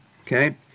Okay